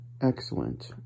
excellent